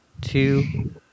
two